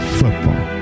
football